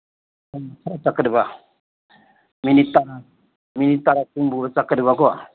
ꯈꯣꯡꯅ ꯈꯔ ꯆꯠꯀꯗꯕ ꯃꯤꯅꯤꯠ ꯇꯔꯥ ꯃꯤꯅꯤꯠ ꯇꯔꯥ ꯀꯨꯟꯕꯨ ꯆꯠꯀꯗꯕꯀꯣ